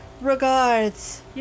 regards